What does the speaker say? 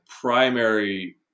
primary